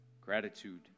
Gratitude